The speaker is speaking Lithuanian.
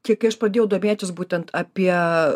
tik kai aš pradėjau domėtis būtent apie